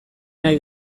nahi